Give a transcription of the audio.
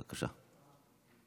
בבקשה.